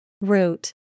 Root